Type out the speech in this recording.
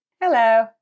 Hello